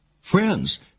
Friends